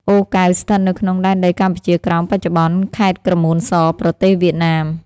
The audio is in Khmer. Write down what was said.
អូរកែវ ស្ថិតនៅក្នុងដែនដីកម្ពុជាក្រោមបច្ចុប្បន្ន ខេត្តក្រមួនស ប្រទេសវៀតណាម។